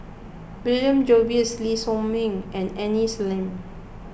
William Jervois Lee Shao Meng and Aini Salim